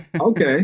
Okay